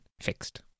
fixed